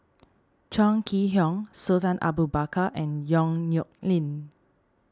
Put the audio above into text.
Chong Kee Hiong Sultan Abu Bakar and Yong Nyuk Lin